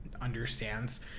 understands